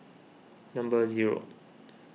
number zero